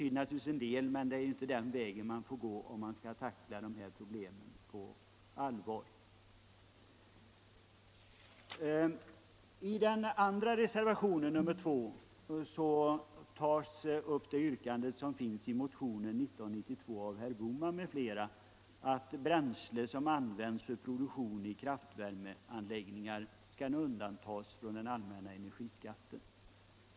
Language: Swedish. Det är inte den vägen man skall gå, om man på allvar vill tackla de här problemen.